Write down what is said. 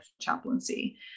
chaplaincy